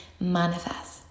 manifest